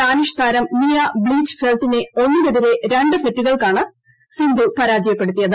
ഡാനിഷ്താരം Mia ബ്ലിച്ച്ഫെൽറ്റിനെ ഒന്നിനെത്തിരു രൂണ്ട് സെറ്റുകൾക്കാണ് സിന്ധു പരാജയപ്പെടുത്തിയത്